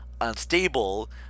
unstable